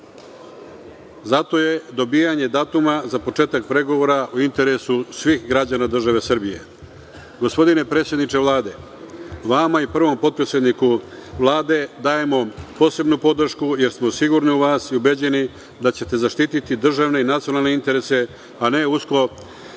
Zato je dobijanje datuma za početak pregovora u interesu svih građana države Srbije. Gospodine predsedniče Vlade, vama i prvom potpredsedniku Vlade dajemo posebnu podršku, jer smo sigurni u vas i ubeđeni da ćete zaštititi državne i nacionalne interese, a ne usko